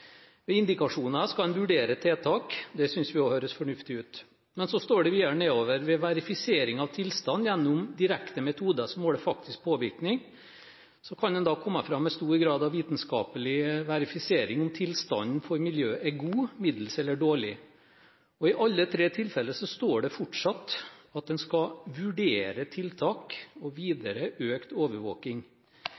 Ved indikasjoner skal en vurdere tiltak, og det synes vi også høres fornuftig ut, men så står det videre nedover i figuren: Ved «verifisering av tilstand» gjennom «direkte metode som måler faktisk påvirkning», kan en da komme fram med en stor grad av vitenskapelig verifisering om tilstanden for miljøet er god, middels eller dårlig. Og i alle tre tilfeller står det fortsatt at en skal «vurdere tiltak» og